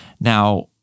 Now